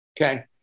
okay